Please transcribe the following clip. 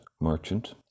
Merchant